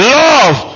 love